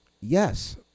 Yes